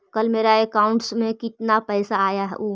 कल मेरा अकाउंटस में कितना पैसा आया ऊ?